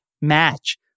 match